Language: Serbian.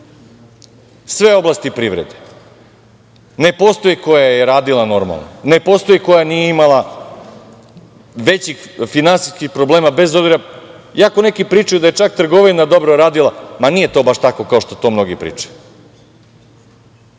sve oblasti privrede, ne postoji koja je radila normalno, ne postoji koja nije imala većih finansijskih problema bez obzira, iako neki pričaju da je čak trgovina dobro radila, nije to baš tako kao što mnogi pričaju.